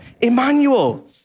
Emmanuel